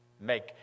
Make